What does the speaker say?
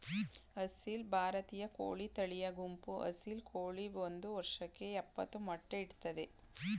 ಅಸೀಲ್ ಭಾರತೀಯ ಕೋಳಿ ತಳಿಯ ಗುಂಪು ಅಸೀಲ್ ಕೋಳಿ ಒಂದ್ ವರ್ಷಕ್ಕೆ ಯಪ್ಪತ್ತು ಮೊಟ್ಟೆ ಇಡ್ತದೆ